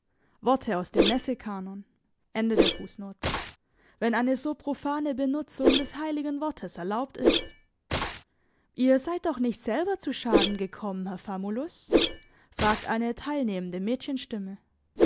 wenn eine so profane benutzung des heiligen wortes erlaubt ist ihr seid doch nicht selber zu schaden gekommen herr famulus fragt eine teilnehmende mädchenstimme